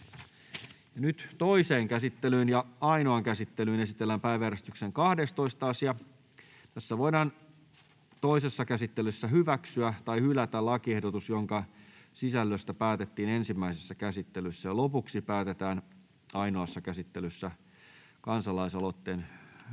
Toiseen käsittelyyn ja ainoaan käsittelyyn esitellään päiväjärjestyksen 12. asia. Nyt voidaan toisessa käsittelyssä hyväksyä tai hylätä lakiehdotus, jonka sisällöstä päätettiin ensimmäisessä käsittelyssä. Lopuksi päätetään ainoassa käsittelyssä kansalaisaloitteeseen